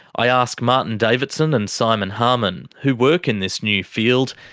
i ask martin davidson and simon harman, who work in this new field,